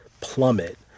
plummet